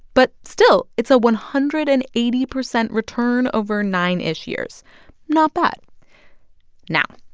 but still, it's a one hundred and eighty percent return over nine-ish years not bad now,